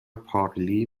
پارلی